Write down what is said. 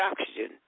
oxygen